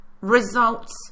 results